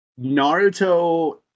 Naruto